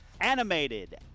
animated